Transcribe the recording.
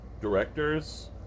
directors